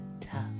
tough